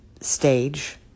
stage